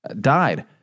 died